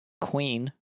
queen